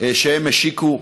שהם השיקו.